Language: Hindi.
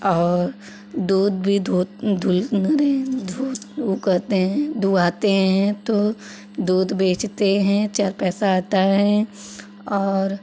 और दूध भी धो धुल धु वो कहते हैं दुहाते हैं तो दूध बेचते हैं चार पैसा आता है और